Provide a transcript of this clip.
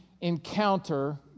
encounter